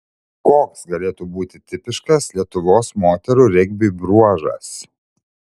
koks galėtų būti tipiškas lietuvos moterų regbiui bruožas